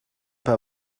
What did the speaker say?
pas